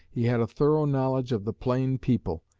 he had a thorough knowledge of the plain people.